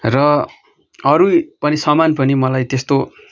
र अरू नै पनि सामान पनि मलाई त्यस्तो